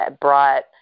brought